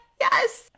yes